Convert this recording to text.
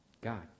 God